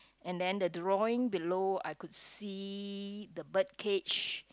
and then the drawing below I could see the bird cage